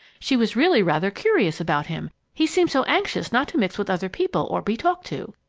she was really rather curious about him, he seemed so anxious not to mix with other people or be talked to.